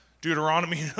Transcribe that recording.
Deuteronomy